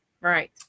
Right